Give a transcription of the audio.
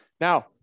Now